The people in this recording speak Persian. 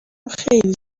خیلی